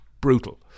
brutal